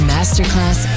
Masterclass